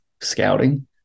scouting